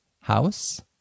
house